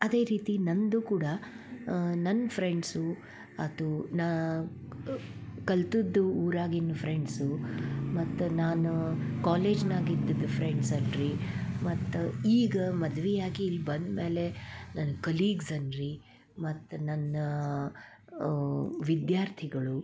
ಅದೇ ರೀತಿ ನನ್ನದು ಕೂಡ ನನ್ನ ಫ್ರೆಂಡ್ಸು ಆಯ್ತು ನಾನು ಕಲಿತದ್ದು ಊರಾಗಿನ ಫ್ರೆಂಡ್ಸು ಮತ್ತು ನಾನು ಕಾಲೇಜಿನ್ಯಾಗ ಇದ್ದಿದ್ದು ಫ್ರೆಂಡ್ಸ್ ಅಲ್ಲರೀ ಮತ್ತು ಈಗ ಮದ್ವೆ ಆಗಿ ಇಲ್ಲಿ ಬಂದ್ಮೇಲೆ ನನ್ನ ಕಲೀಗ್ಸ್ ಅನ್ನಿರಿ ಮತ್ತು ನನ್ನ ವಿದ್ಯಾರ್ಥಿಗಳು